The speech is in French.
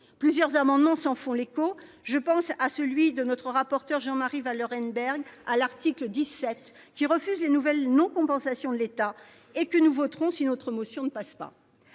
plusieurs amendements s'en font l'écho ! Je pense à celui de notre rapporteur, M. Jean-Marie Vanlerenberghe, sur l'article 17, qui refuse les nouvelles non-compensations de l'État, et que nous voterons si notre motion n'est pas